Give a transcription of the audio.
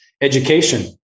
education